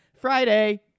Friday